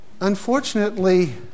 Unfortunately